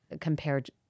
compared